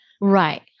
right